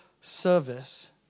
service